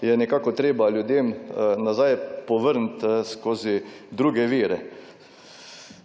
je nekako treba ljudem nazaj povrniti skozi druge vire.